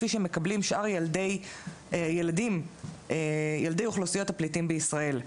כפי שמקבלים שאר ילדי אוכלוסיות הפליטים בישראל.